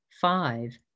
five